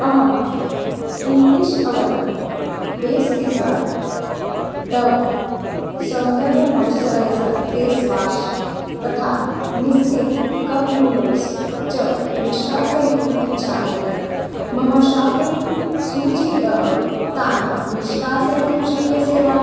अहम् English Oven base pizza Dove सौन्दर्य moisturiser face wash तथा निस्सिन् कप् नूडल्स् च निष्कासयितुम् इच्छामि मम शापिङ्ग् सूचीतः तान् निष्कासयितुं शक्यते वा